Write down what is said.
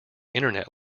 internet